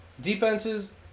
Defenses